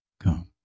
come